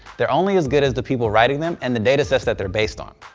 they're only as good as the people writing them and the data sets that they're based on.